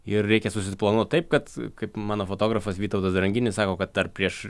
ir reikia susiplanuot taip kad kaip mano fotografas vytautas dranginis sako kad dar prieš